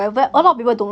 嗯